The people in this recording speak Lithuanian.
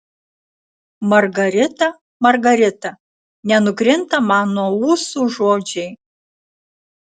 margarita margarita nenukrinta man nuo ūsų žodžiai